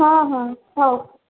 ହଁ ହଁ ହଉ